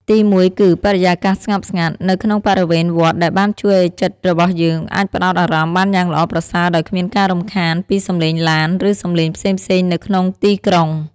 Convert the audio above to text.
ទីមួយគឺ បរិយាកាសស្ងប់ស្ងាត់ នៅក្នុងបរិវេណវត្តដែលបានជួយឱ្យចិត្តរបស់យើងអាចផ្តោតអារម្មណ៍បានយ៉ាងល្អប្រសើរដោយគ្មានការរំខានពីសំឡេងឡាន ឬសំឡេងផ្សេងៗនៅក្នុងទីក្រុង។